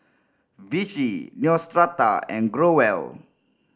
Vichy Neostrata and Growell